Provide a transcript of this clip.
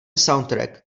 soundtrack